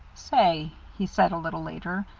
say, he said, a little later,